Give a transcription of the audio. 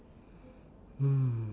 hmm